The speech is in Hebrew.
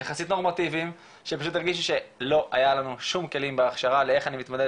יחסית נורמטיביים שפשוט לא היה לנו שום כלים בהכשרה כדי להתמודד